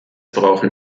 brauchen